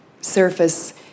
surface